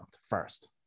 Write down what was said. first